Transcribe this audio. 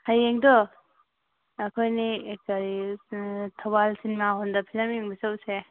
ꯍꯌꯦꯡꯗꯣ ꯑꯩꯈꯣꯏꯟ ꯑꯅꯤ ꯀꯔꯤ ꯊꯧꯕꯥꯜ ꯁꯤꯅꯤꯃꯥ ꯍꯣꯜꯗ ꯐꯤꯂꯝ ꯌꯦꯡꯕ ꯆꯠꯂꯨꯁꯦ